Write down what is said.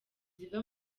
ziva